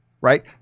right